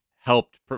helped